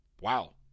wow